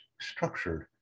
structured